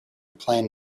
plan